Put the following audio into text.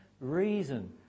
reason